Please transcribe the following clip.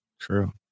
True